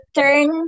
turn